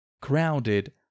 crowded